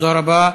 תודה רבה.